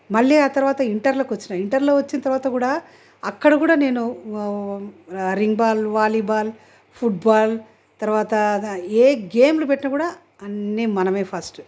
మళ్ళీ ఆ తరువాత ఇంటర్లోకి వచ్చిన ఇంటర్లో వచ్చిన తరువాత కూడా అక్కడ కూడా నేను రింగ్బాల్ వాలీబాల్ ఫుట్బాల్ తరువాత ఏ గేమ్లు పెట్టినా కూడా అన్నీ మనమే ఫస్ట్